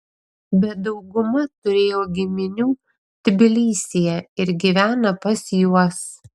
bet dauguma turėjo giminių tbilisyje ir gyvena pas juos